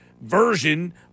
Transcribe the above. version